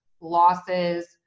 losses